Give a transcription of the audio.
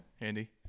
Andy